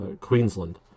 Queensland